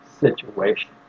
situation